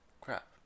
crap